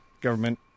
government